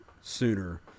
sooner